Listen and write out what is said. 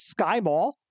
Skyball